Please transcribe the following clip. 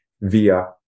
via